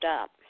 up